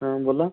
हा बोला